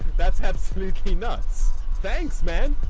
that's absolutely nuts. thanks man!